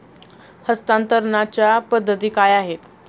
हस्तांतरणाच्या पद्धती काय आहेत?